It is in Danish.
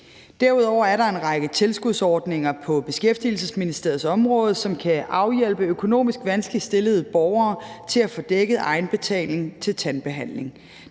Derudover er der en række tilskudsordninger på Beskæftigelsesministeriets område, som kan afhjælpe økonomisk vanskeligt stillede borgere til at få dækket egenbetaling til tandbehandling.